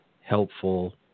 helpful